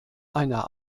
einer